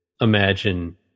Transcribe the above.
imagine